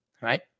Right